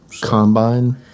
Combine